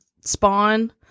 spawn